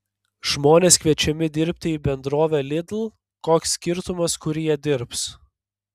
žmonės kviečiami dirbti į bendrovę lidl koks skirtumas kur jie dirbs